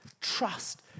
trust